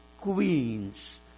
queens